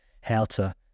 Helter